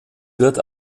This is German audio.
wird